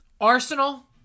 Arsenal